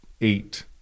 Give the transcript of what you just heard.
eight